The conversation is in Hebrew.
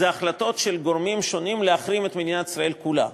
היא החלטות של גורמים שונים להחרים את מדינת ישראל כולה,